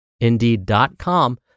indeed.com